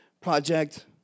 Project